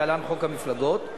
להלן: חוק המפלגות,